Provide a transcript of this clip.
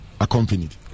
accompanied